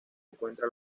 encuentra